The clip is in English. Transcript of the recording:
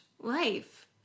life